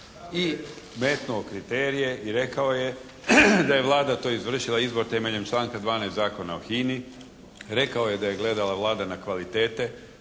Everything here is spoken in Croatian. i metnuo kriterije i rekao je da je Vlada to izvršila, izbor temeljem članka 12. Zakona o HINA-i, rekao je da je gledala Vlada na kvalitete